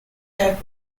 have